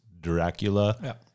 Dracula